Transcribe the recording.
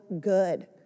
good